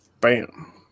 Bam